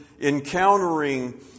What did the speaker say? encountering